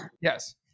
Yes